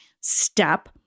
step